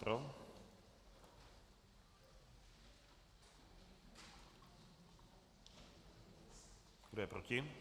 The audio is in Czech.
Kdo je proti?